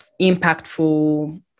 impactful